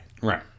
Right